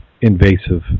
invasive